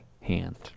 hand